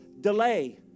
delay